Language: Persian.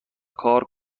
کار